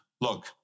look